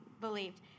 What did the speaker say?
believed